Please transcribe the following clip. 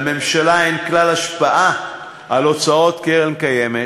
לממשלה אין כלל השפעה על הוצאות הקרן הקיימת,